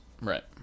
Right